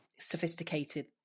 sophisticated